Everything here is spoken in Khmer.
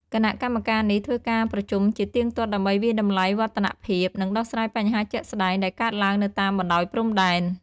គណៈកម្មការនេះធ្វើការប្រជុំជាទៀងទាត់ដើម្បីវាយតម្លៃវឌ្ឍនភាព និងដោះស្រាយបញ្ហាជាក់ស្តែងដែលកើតឡើងនៅតាមបណ្តោយព្រំដែន។